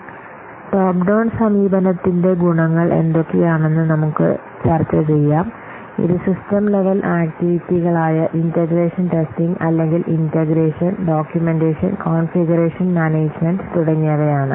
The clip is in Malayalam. ടോപ്പ് ഡൌൺ സമീപനത്തിന്റെ ഗുണങ്ങൾ എന്തൊക്കെയാണെന്ന് നമുക്ക് ചർച്ച ചെയ്യാം ഇത് സിസ്റ്റം ലെവൽ ആക്റ്റിവിറ്റികളായ ഇന്റഗ്രേഷൻ ടെസ്റ്റിംഗ് അല്ലെങ്കിൽ ഇന്റഗ്രേഷൻ ഡോക്യുമെന്റേഷൻ കോൺഫിഗറേഷൻ മാനേജുമെന്റ് തുടങ്ങിയവയാണ്